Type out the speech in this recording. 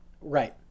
Right